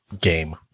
Game